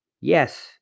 Yes